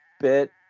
bit